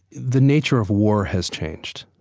the nature of war has changed.